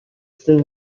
still